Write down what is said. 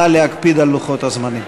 נא להקפיד על לוחות הזמנים.